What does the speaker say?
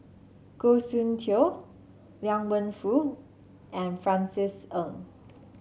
Goh Soon Tioe Liang Wenfu and Francis Ng